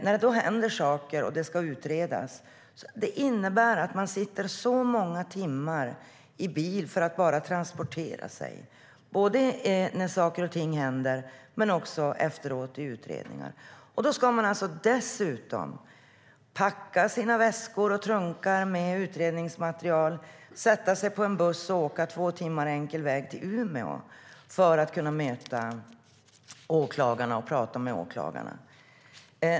När det då händer saker och de ska utredas innebär det att man sitter många timmar i bilen bara för att transportera sig. Det gäller både när något händer och efteråt i samband med utredningarna. Dessutom ska man packa sina väskor och trunkar med utredningsmaterial, sätta sig på en buss och åka två timmar enkel väg till Umeå för att kunna träffa och tala med åklagare.